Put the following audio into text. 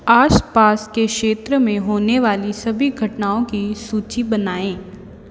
आसपास के क्षेत्र में होने वाली सभी घटनाओं की सूची बनाएँ